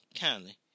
kindly